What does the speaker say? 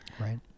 Right